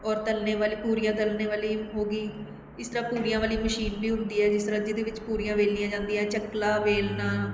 ਔਰ ਤਲ਼ਣੇ ਵਾਲੀ ਪੂਰੀਆਂ ਤਲ਼ਣੇ ਵਾਲੀ ਹੋ ਗਈ ਇਸ ਤਰ੍ਹਾਂ ਪੂਰੀਆਂ ਵਾਲੀ ਮਸ਼ੀਨ ਵੀ ਹੁੰਦੀ ਹੈ ਜਿਸ ਤਰ੍ਹਾਂ ਜਿਹਦੇ ਵਿੱਚ ਪੂਰੀਆਂ ਵੇਲੀਆਂ ਜਾਂਦੀਆਂ ਹੈ ਚੱਕਲਾ ਵੇਲਣਾ